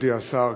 מכובדי השר,